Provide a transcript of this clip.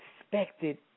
expected